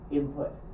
input